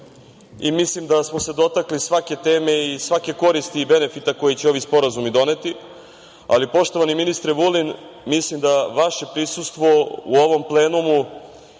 Mislim da smo se dotakli svake teme i svake koristi i benefita koji će ovi sporazumi doneti. Ali, poštovani ministre Vulin, mislim da vaše prisustvo u ovom plenumu